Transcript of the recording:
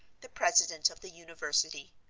the president of the university.